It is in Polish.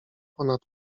ponad